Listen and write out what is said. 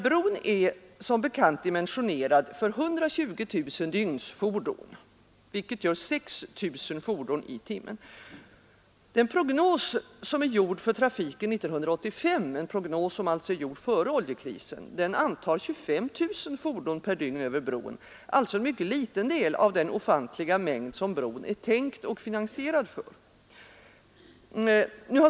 Bron är som bekant dimensionerad för 120 000 dygnsfordon, vilket gör 6 000 i timmen. Prognosen för trafiken 1985 — gjord före oljekrisen — antar 25 000 fordon per dygn över bron, alltså en mycket liten del av den ofantliga mängd som bron är tänkt och finansierad för.